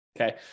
okay